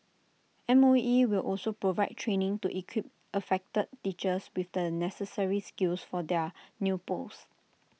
M O E will also provide training to equip affected teachers with the necessary skills for their new posts